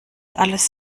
alles